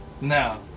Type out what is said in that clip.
Now